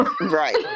Right